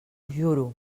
juro